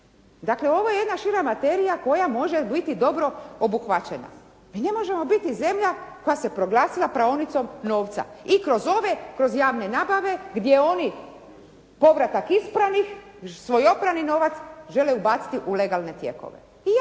Dakle, ovo je jedna šira materija koja može biti dobro obuhvaćena. Mi ne možemo biti zemlja koja se proglasila praonicom novca. I kroz ove kroz javne nabave, gdje oni povratak ispranih svoj oprani novac žele odbaciti u legalne tijekove.